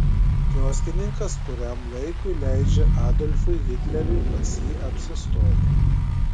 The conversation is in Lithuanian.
kioskininkas kuriam laikui leidžia adolfui hitleriui pas jį apsistoti